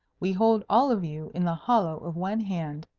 we hold all of you in the hollow of one hand.